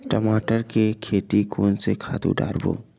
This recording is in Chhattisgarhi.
टमाटर के खेती कोन से खातु डारबो?